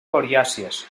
coriàcies